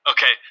Okay